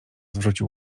zwrócił